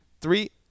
Three